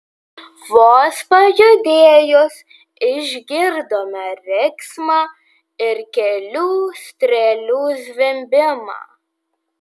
vos pajudėjus išgirdome riksmą ir kelių strėlių zvimbimą